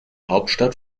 hauptstadt